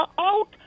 out